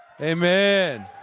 amen